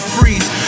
Freeze